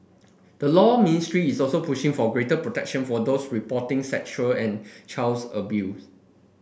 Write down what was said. the Law Ministry is also pushing for greater protection for those reporting sexual and child's abuse